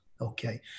Okay